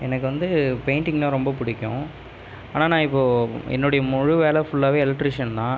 எனக்கு வந்து பெயிண்ட்டிங்னா ரொம்ப பிடிக்கும் ஆனால் நான் இப்போ என்னுடைய முழு வேலை ஃபுல்லாவே எலெக்ட்ரிஷியன் தான்